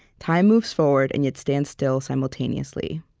time moves forward and yet stands still, simultaneously.